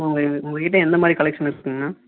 உங்கள் உங்கள்கிட்ட எந்த மாதிரி கலெக்ஷன்ஸ் இருக்குங்கண்ணா